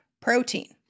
protein